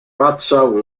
patrzał